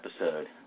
episode